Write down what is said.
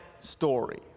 story